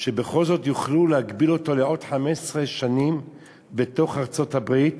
שבכל זאת יוכלו להגביל אותו לעוד 15 שנים בתוך ארצות-הברית